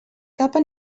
capa